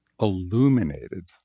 illuminated